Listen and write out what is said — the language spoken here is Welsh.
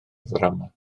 ddrama